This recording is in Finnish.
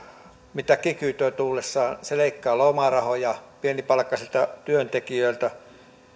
mitä kiky toi tullessaan se leikkaa lomarahoja pienipalkkaisilta työntekijöiltä